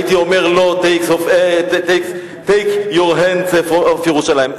הייתי אומר לו:Take your hands off ירושלים.